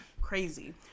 Crazy